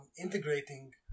integrating